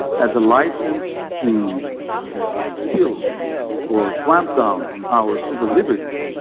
as a license to kill or clamp down on our civil liberties